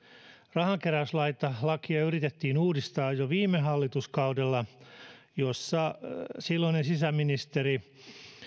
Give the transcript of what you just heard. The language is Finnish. rahankeräyslakia yritettiin uudistaa jo viime hallituskaudella jolloin silloinen sisäministeri